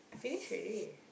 finish ready